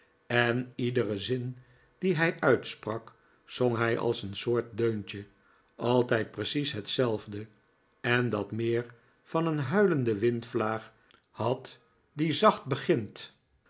en iederen zin dien hij uitsprak zong hij als een soort deuntje altijd precies hetzelfde en dat meer van een huilende windvlaag had die zacht begint